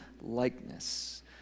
likeness